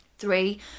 three